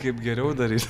kaip geriau daryt